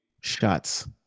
Shots